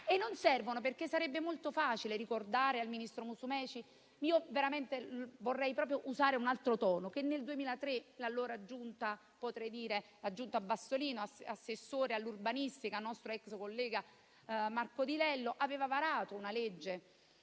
e non servono, perché sarebbe molto facile ricordare al ministro Musumeci - vorrei proprio usare un altro tono - che nel 2003 l'allora giunta Bassolino, con assessore all'urbanistica il nostro ex collega Marco Di Lello, aveva varato una legge,